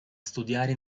studiare